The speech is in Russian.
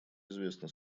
известна